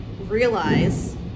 realize